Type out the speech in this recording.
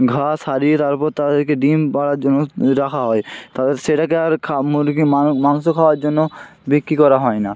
ঘা সারিয়ে তারপর তাদেরকে ডিম পাড়ার জন্য রাখা হয় তাদের সেটাকে আর খা মুরগির মাং মাংস খাওয়ার জন্য বিক্রি করা হয় না